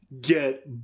get